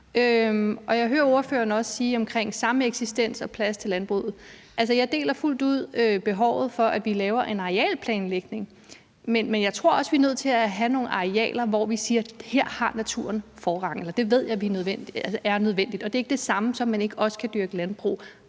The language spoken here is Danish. Jeg hører også ordføreren sige noget om sameksistens, og at der skal være plads til landbruget. Altså, jeg deler fuldt ud behovet for, at vi laver en arealplanlægning, men jeg tror også, at vi er nødt til at have nogle arealer, hvor naturen har forrang – eller det ved jeg er nødvendigt. Det er det ikke samme, som at man ikke også kan dyrke landbrug